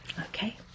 Okay